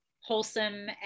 wholesome